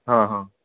हा हा